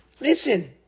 Listen